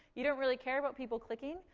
you don't really care about people clicking.